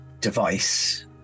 device